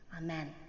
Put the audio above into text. Amen